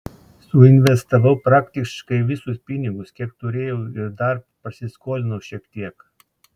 suinvestavau praktiškai visus pinigus kiek turėjau ir dar prasiskolinau šiek tiek